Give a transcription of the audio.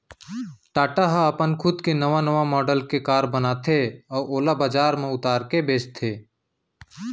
टाटा ह अपन खुद के नवा नवा मॉडल के कार बनाथे अउ ओला बजार म उतार के बेचथे